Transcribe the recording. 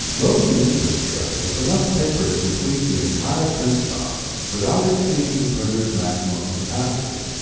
load the input tray with enough paper to complete the entire print job without exceeding the printer's maximum capacity.